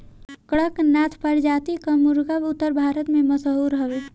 कड़कनाथ प्रजाति कअ मुर्गा उत्तर भारत में मशहूर हवे